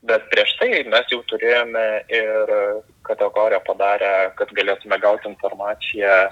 bet prieš tai mes jau turėjome ir kategoriją padarę kad galėtume gauti informaciją